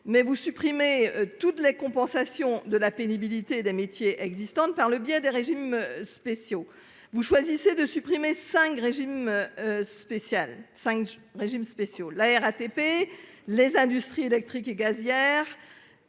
mais vous supprimez tous de la compensation de la pénibilité des métiers existantes, par le biais des régimes spéciaux. Vous choisissez de supprimer 5 régimes. Spécial cinq régimes spéciaux, la RATP, les industries électriques et gazières.